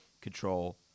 control